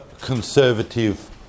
conservative